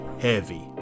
heavy